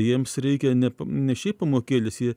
jiems reikia ne ne šiaip pamokėlės jie